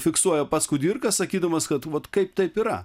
fiksuoja pats kudirka sakydamas kad vat kaip taip yra